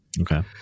Okay